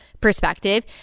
perspective